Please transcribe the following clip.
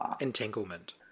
Entanglement